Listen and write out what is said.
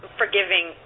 forgiving